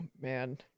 man